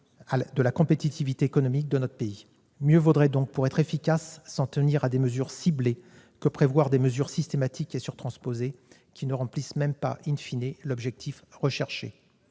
de la compétitivité économique de notre pays. Pour être efficace, mieux vaudrait s'en tenir à des mesures ciblées que de prévoir des mesures systématiques et surtransposées qui,, ne remplissent même pas l'objectif recherché.